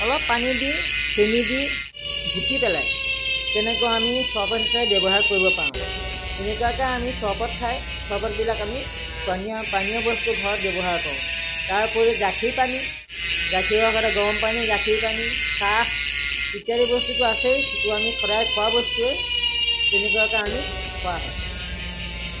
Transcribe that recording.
অলপ পানী দি চেনি দি ঘুটি পেলাই তেনেকৈ আমি চৰবত হিচাপে ব্যৱহাৰ কৰিব পাৰোঁ এনেকুৱাকৈ আমি চৰবত খাই চৰবতবিলাক আমি পনীয় পানীয় বস্তু ঘৰত ব্যৱহাৰ কৰোঁ তাৰোপৰি গাখীৰপানী গাখীৰৰ সৈতে গৰমপানী গাখীৰপানী চাহ ইত্যাদি বস্তুতো আছেই আমি সদায় খোৱা বস্তুৱেই তেনেকুৱাকৈ আমি খোৱা হয়